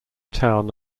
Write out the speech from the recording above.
town